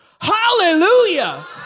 Hallelujah